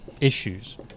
issues